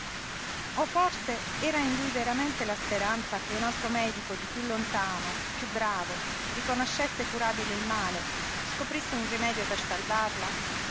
o forse era in lui veramente la speranza che un altro medico di piú lontano piú bravo riconoscesse curabile il male scoprisse un rimedio per salvarla